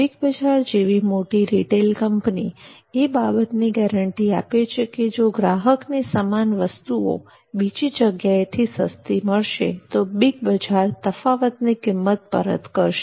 big Bazaar જેવી મોટી retail company એ બાબતની ગેરંટી આપે છે કે જો ગ્રાહકોને સમાન વસ્તુઓ બીજી જગ્યાએ સસ્તી મળશે તો બિગ બજાર તફાવતની કિંમત પરત કરશે